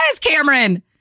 Cameron